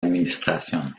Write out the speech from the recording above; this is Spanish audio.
administración